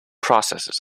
processes